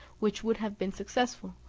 which would have been successful,